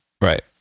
right